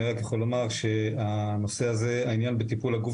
אני רק יכול לומר שהעניין בטיפול הגוף